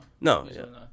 no